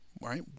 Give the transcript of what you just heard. Right